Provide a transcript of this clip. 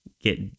get